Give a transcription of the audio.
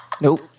Nope